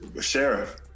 Sheriff